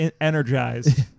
energized